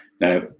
Now